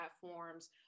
platforms